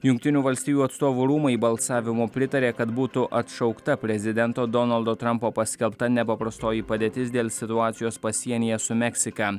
jungtinių valstijų atstovų rūmai balsavimu pritarė kad būtų atšaukta prezidento donaldo trampo paskelbta nepaprastoji padėtis dėl situacijos pasienyje su meksika